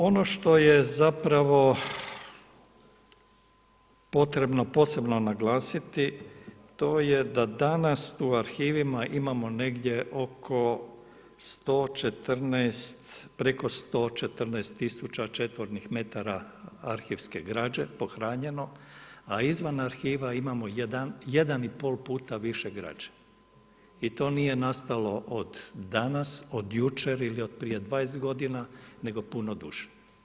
Ono što je zapravo potrebno posebno naglasiti, to je da danas u arhivima imamo negdje oko 114, preko 114 000 četvornih metara arhivske građe pohranjeno a izvan arhiva imamo 1,5 puta više građe i to nije nastalo od danas, od jučer ili od prije 20 godina nego puno duže.